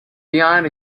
behind